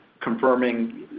confirming